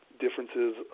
Differences